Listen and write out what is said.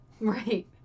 right